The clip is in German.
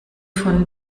von